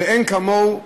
ואין כמוהו,